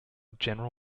general